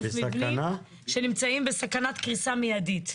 שנמצאים בסכנת קריסה מיידית.